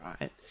right